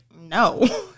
no